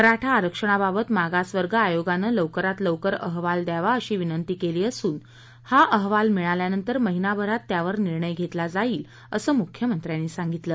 मराठा आरक्षणाबाबत मागासवर्ग आयोगानं लवकरात लवकर अहवाल द्यावा अशी विनंती केली असून हा अहवाल मिळाल्यावर महिनाभरात त्यावर निर्णय घेतला जाईल असं मुख्यमंत्री म्हणाले